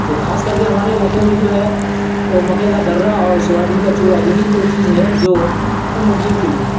تو خاص کر کے ہمارے علاقے میں جو ہے وہ مکے کا درہ اور سویابین کا چورا یہی دو چیز ہے جو وہ مرغیوں کے لیے